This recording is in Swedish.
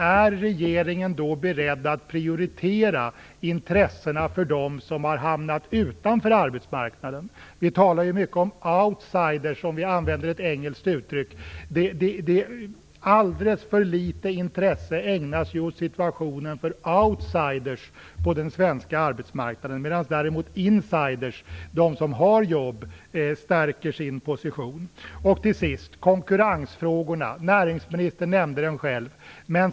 Är regeringen då beredd att prioritera intressena för dem som har hamnat utanför arbetsmarknaden? Vi talar ju mycket om outsiders, om vi använder ett engelskt uttryck. Alldeles för litet intresse ägnas åt situationen för outsiders på den svenska arbetsmarknaden. Däremot stärker insiders, de som har jobb, sin position. Till sist vill jag ta upp konkurrensfrågorna. Näringsministern nämnde dem själv.